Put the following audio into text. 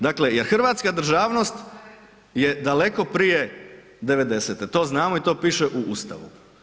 Dakle, jer hrvatska državnost je daleko prije '90.te, to znamo i to piše u Ustavu.